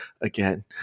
again